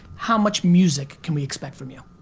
how much music can we expect from you?